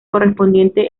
correspondiente